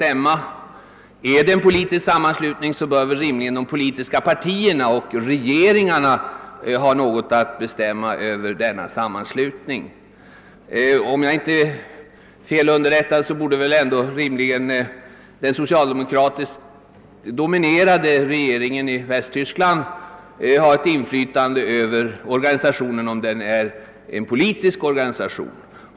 är det en politisk sammanslutning bör väl rimligen de politiska partierna och regeringarna ha något att bestämma när det gäller sammanslutningen. Sålunda borde ändå den socialdemokratiskt dominerande regeringen i Västtyskland ha ett inflytande över organisationen, om denna är av politisk art.